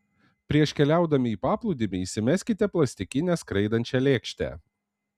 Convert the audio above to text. prieš keliaudami į paplūdimį įsimeskite plastikinę skraidančią lėkštę